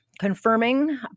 confirming